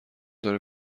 داره